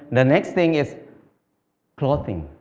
the next thing is clothing.